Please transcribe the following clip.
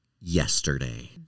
yesterday